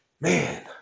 man